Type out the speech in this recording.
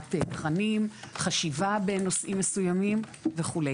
העברת תכנים, חשיבה בנושאים מסוימים וכו'.